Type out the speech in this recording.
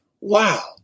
Wow